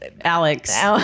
Alex